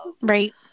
Right